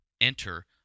Enter